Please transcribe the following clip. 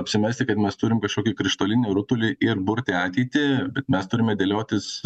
apsimesti kad mes turim kažkokį krištolinį rutulį ir burti ateitį bet mes turime dėliotis